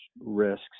risks